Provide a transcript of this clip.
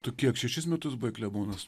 tu kiek šešis metus buvai klebonas